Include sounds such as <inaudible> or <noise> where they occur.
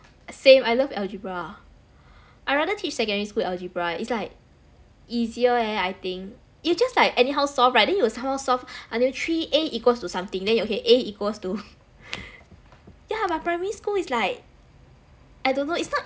same I love algebra I rather teach secondary school algebra it's like easier leh I think you just like anyhow solve right then you will somehow solve until three A equals to something then you okay A equals <laughs> yeah but primary school is like I don't know it's not